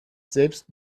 selbst